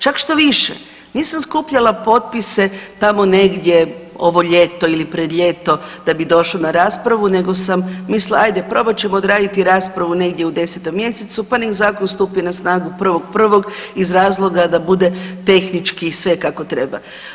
Čak štoviše nisam skupljala potpise tamo negdje ovo ljeto ili pred ljeto da bi došlo na raspravu nego sam mislila ajde probat ćemo odraditi raspravu negdje u 10. mjesecu pa nek zakon stupi na snagu 1.1. iz razloga da bude tehnički sve kako treba.